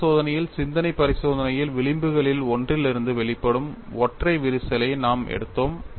அடுத்த சோதனையில் சிந்தனை பரிசோதனையில் விளிம்புகளில் ஒன்றிலிருந்து வெளிப்படும் ஒற்றை விரிசலை நாம் எடுத்தோம்